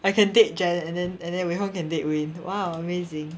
I can date jan and then and then wei feng can date wayne !wow! amazing